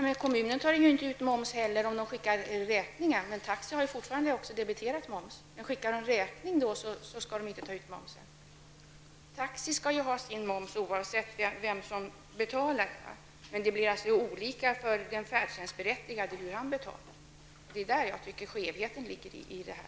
Herr talman! Men kommunen tar inte ut momsen heller när man skickar räkningar, men taxiföretagen har fortfarande debiterat momsen. Skickar de räkningar skall de inte ta ut moms. Taxi skall ju ha sin moms oavsett vem som betalar. Men det blir olika för den färdtjänstberättigade beroende på hur han betalar. Det är där jag tycker skevheten ligger.